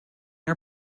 our